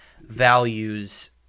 values